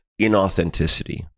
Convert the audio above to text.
inauthenticity